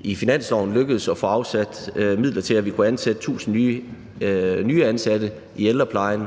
i finansloven lykkedes at få afsat midler til, at vi kan ansætte 1.000 nye medarbejdere i ældreplejen.